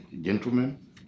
gentlemen